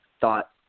thought